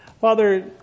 Father